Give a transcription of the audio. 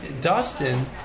Dustin